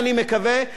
לערוץ-10.